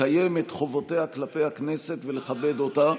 לקיים את חובותיה כלפי הכנסת ולכבד אותה,